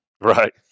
Right